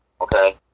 Okay